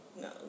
no